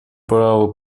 право